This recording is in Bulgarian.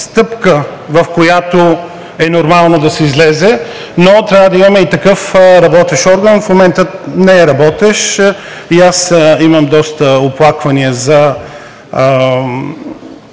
с която е нормално да се излезе, но трябва да имаме и такъв работещ орган. В момента не е работещ и аз имам доста оплаквания за